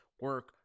Work